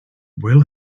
will